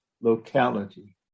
locality